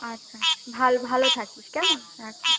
আচ্ছা আচ্ছা ভালো ভালো থাকিস কেমন রাখি